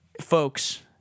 Folks